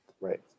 Right